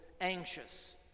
anxious